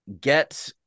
get